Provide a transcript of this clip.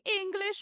English